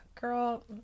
Girl